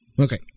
Okay